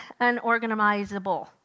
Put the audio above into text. unorganizable